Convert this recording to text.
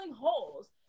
holes